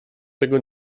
tego